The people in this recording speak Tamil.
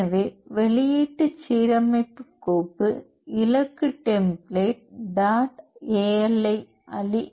எனவே வெளியீட்டு சீரமைப்பு கோப்பு இலக்கு டெம்ப்ளேட் டாட் அலி